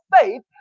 faith